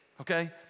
okay